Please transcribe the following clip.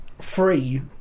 free